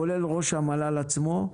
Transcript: כולל ראש המל"ל עצמו,